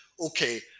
okay